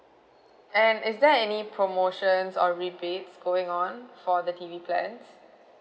and is there any promotions or rebates going on for the T_V plans